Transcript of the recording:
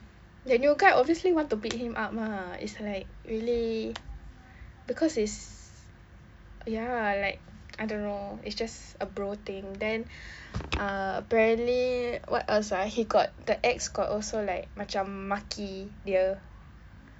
the new guy obviously want to beat him up lah it's like really because it's ya like I don't know it's just a bro thing then uh apparently what else ah he got the ex got also like macam maki dia